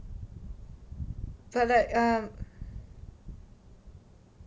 but like err